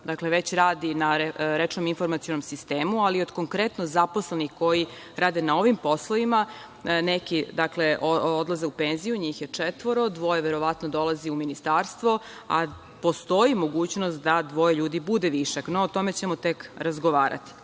njih već radi na rečnom informacionom sistemu, ali od konkretno zaposlenih koji rade na ovim poslovima, neki odlaze u penziju, njih četvoro, dvoje verovatno dolazi u ministarstvo, a postoji mogućnost da dvoje ljudi bude višak. No, o tome ćemo tek razgovarati.U